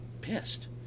pissed